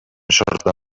sorta